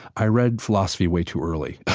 i read philosophy way too early.